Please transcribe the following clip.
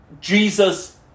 Jesus